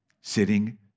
sitting